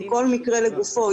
כל מקרה לגופו,